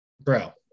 bro